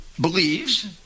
believes